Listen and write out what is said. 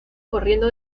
corriendo